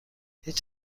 هیچ